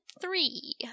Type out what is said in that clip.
three